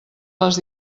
les